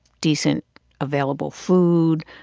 decent available food,